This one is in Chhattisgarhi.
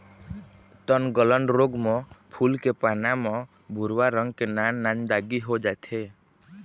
तनगलन रोग म फूल के पाना म भूरवा रंग के नान नान दागी हो जाथे